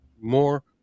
more